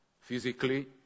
Physically